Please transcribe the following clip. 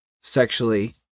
sexually